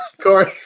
Corey